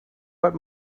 what